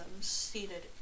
seated